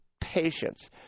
patience